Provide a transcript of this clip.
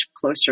closer